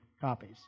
copies